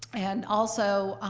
and also,